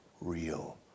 real